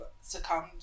succumbed